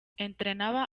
entrenaba